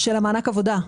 של מענק העבודה.